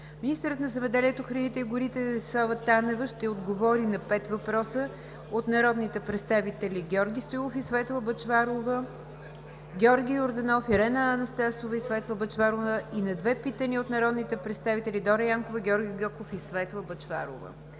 Министърът на земеделието, храните и горите Десислава Танева ще отговори на пет въпроса от народните представители Георги Стоилов и Светла Бъчварова; Георги Йорданов, Ирена Анастасова и Светла Бъчварова, и на две питания от народните представители Дора Янкова, Георги Гьоков и Светла Бъчварова.